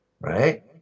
right